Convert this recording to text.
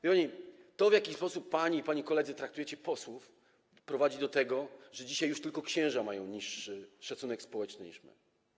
Wie pani, to, w jaki sposób pani i pani koledzy traktujecie posłów, prowadzi do tego, że dzisiaj już tylko księża mają niższy szacunek społeczny niż my.